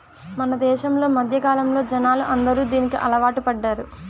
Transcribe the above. మన దేశంలో మధ్యకాలంలో జనాలు అందరూ దీనికి అలవాటు పడ్డారు